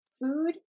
Food